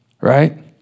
right